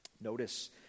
Notice